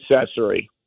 accessory